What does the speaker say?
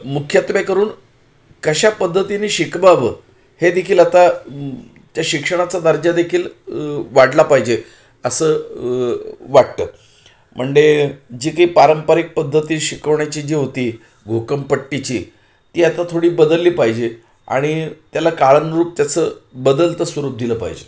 मुख्यत्वे करून कशा पद्धतीने शिकवावं हे देखील आता त्या शिक्षणाचा दर्जा देखील वाढला पाहिजे असं वाटतं म्हणजे जी काही पारंपरिक पद्धती शिकवण्याची जी होती घोकमपट्टीची ती आता थोडी बदलली पाहिजे आणि त्याला काळानुरूप त्याचं बदलतं स्वरूप दिलं पायजे